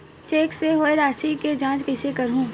Cheque से होए राशि के जांच कइसे करहु?